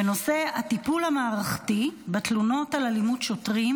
בנושא: הטיפול המערכתי בתלונות על אלימות שוטרים,